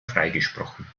freigesprochen